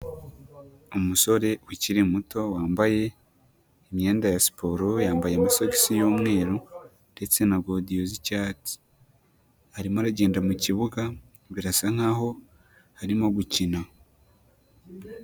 Umusore ukiri muto, wambaye imyenda ya siporo, yambaye amasogisi y'umweru ndetse na godio z'icyatsi. Arimo aragenda mu kibuga birasa nk'aho arimo gukina.